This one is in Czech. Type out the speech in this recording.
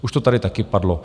Už to tady taky padlo.